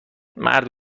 مرد